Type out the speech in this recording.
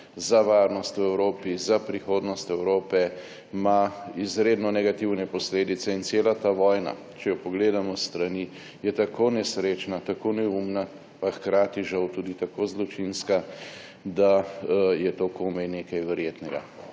za varnost v Evropi, za prihodnost Evrope, ima izredno negativne posledice in cela ta vojna, če jo pogledamo s strani, je tako nesrečna, tako neumna, pa hkrati žal tudi tako zločinska, da je to komaj nekaj verjetnega,